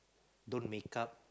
don't make up